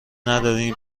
ندارین